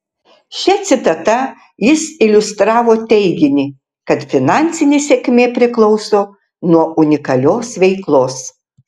šia citata jis iliustravo teiginį kad finansinė sėkmė priklauso nuo unikalios veiklos